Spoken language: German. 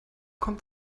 kommt